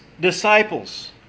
disciples